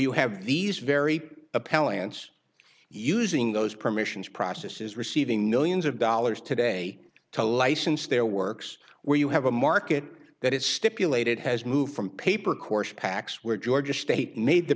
you have these very appellants using those permissions processes receiving millions of dollars today to license their works where you have a market that is stipulated has moved from paper course packs where georgia state made the